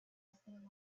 helping